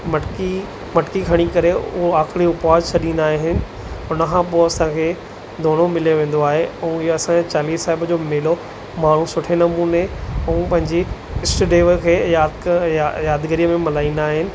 मटिकी मटिकी खणी करे उहो आख़िरी उपवास छॾींदा आहिनि हुन खां पोइ असांखे दोणो मिलियो वेंदो आहे ऐं इहे असांजे चालीह साहिब जो मेलो माण्हू सुठे नमूने ऐं पंहिंजी ईष्ट देव खे यादगिरीअ में मल्हाईंदा आहिनि